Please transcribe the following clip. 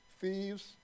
thieves